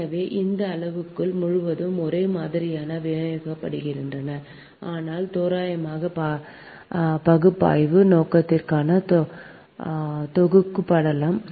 எனவே இந்த அளவுருக்கள் முழுவதும் ஒரே மாதிரியாக விநியோகிக்கப்படுகின்றன ஆனால் தோராயமாக பகுப்பாய்வு நோக்கத்திற்காக தொகுக்கப்படலாம்